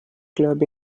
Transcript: club